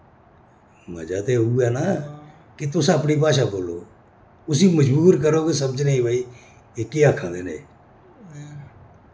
मजा ते उयै ना कि तुस अपनी भाशा बोलो उसी मजबूर करो कि समझने भई एह् केह् आखा दे न एह्